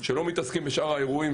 ולא מתעסקים בשאר האירועים